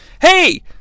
Hey